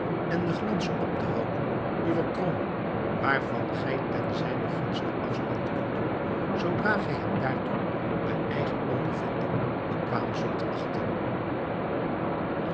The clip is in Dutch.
en den glans op te houden uwer kroon waarvan gij ten zijnen gunste afstand kunt doen zoodra gij hem daartoe bij eigen ondervinding bekwaam zult achten